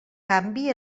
canvi